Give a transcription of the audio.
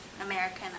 American